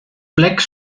plecs